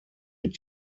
mit